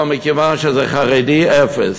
אבל מכיוון שזה חרדי, אפס.